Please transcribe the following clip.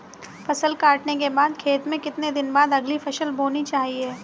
फसल काटने के बाद खेत में कितने दिन बाद अगली फसल बोनी चाहिये?